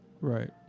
right